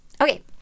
Okay